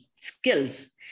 skills